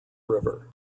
river